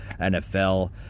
NFL